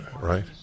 right